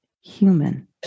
human